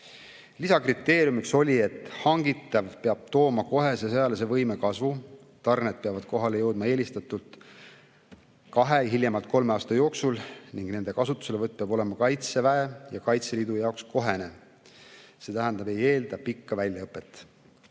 Lisakriteeriumiks oli, et hangitav peab tooma kohese sõjalise võime kasvu, tarned peavad kohale jõudma eelistatult kahe, hiljemalt kolme aasta jooksul ning nende kasutuselevõtt peab olema Kaitseväe ja Kaitseliidu jaoks kohene, see tähendab, ei eelda pikka väljaõpet.